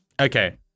Okay